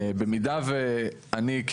במידה ואני,